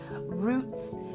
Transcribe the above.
roots